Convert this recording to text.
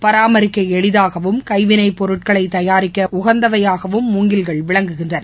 பராமரிக்கஎளிதாகவும் கைவினைப்பொருட்களைதயாரிக்கஉகந்தவையாகவும் மூங்கில்கள் விளங்குகின்றன